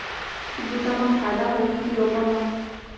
बुता म फायदा होही की रोपा म?